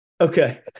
Okay